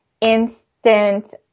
instant